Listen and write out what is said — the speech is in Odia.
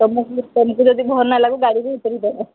ତୁମକୁ ତୁମକୁ ଯଦି ଭଲ ନ ଲାଗୁଛି ଗାଡ଼ିରୁ ଉତରି ପଡ଼